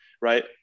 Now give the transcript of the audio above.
right